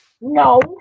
No